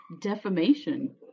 Defamation